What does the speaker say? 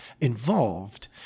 involved